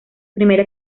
primera